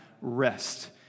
rest